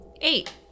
Eight